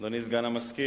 אדוני סגן המזכיר,